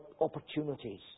opportunities